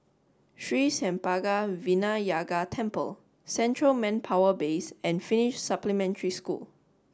Sri Senpaga Vinayagar Temple Central Manpower Base and Finnish Supplementary School